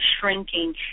shrinking